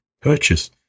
purchase